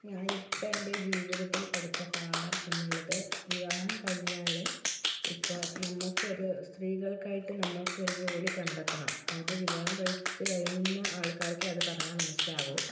ഞാൻ ഇപ്പോൾ എൻ്റെ ജീവിതത്തിൽ പഠിച്ച പാഠം എന്നുള്ളത് വിവാഹം കഴിഞ്ഞാല് ഇപ്പോൾ നമുക്കൊരു സ്ത്രീകൾക്കായിട്ട് നമ്മൾക്കൊരു ജോലി കണ്ടെത്തണം അത് വിവാഹം കഴിച്ച് കഴിയുന്ന ആൾക്കാർക്കെ അത് പറഞ്ഞാൽ മനസിലാവൂ